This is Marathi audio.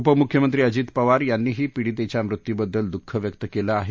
उपम्ख्यमंत्री अजित पवार यांनीही पीडितेच्या मृत्युबद्दल दुःख व्यक्त केलं आहे